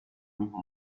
amico